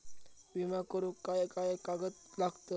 विमा करुक काय काय कागद लागतत?